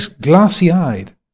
glassy-eyed